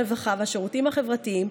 הרווחה והשירותים החברתיים,